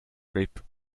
grip